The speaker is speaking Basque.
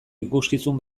ikuskizun